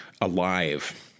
alive